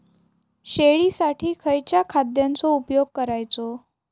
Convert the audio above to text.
शेळीसाठी खयच्या खाद्यांचो उपयोग करायचो?